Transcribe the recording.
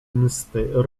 msty